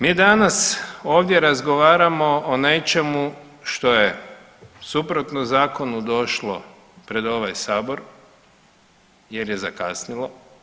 Mi danas ovdje razgovaramo o nečemu što je suprotno zakonu došlo pred ovaj sabor jer je zakasnilo.